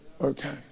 okay